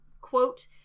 quote